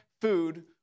food